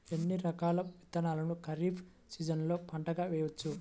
ఎన్ని రకాల విత్తనాలను ఖరీఫ్ సీజన్లో పంటగా వేయచ్చు?